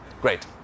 Great